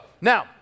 now